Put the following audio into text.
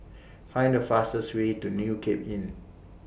Find The fastest Way to New Cape Inn